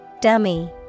Dummy